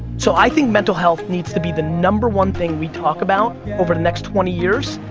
so i think mental health needs to be the number one thing we talk about over the next twenty years.